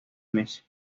meses